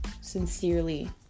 Sincerely